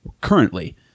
currently